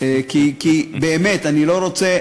כי באמת אני לא רוצה,